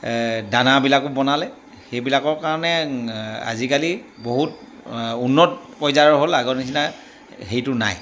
দানাবিলাকো বনালে সেইবিলাকৰ কাৰণে আজিকালি বহুত উন্নত পৰ্যায়ৰ হ'ল আগৰ নিচিনা সেয়িটো নাই